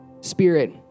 spirit